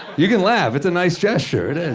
you can laugh. it's a nice gesture, it is,